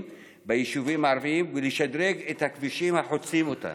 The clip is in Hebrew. ביישובים הערביים ולשדרוג הכבישים החוצים אותם.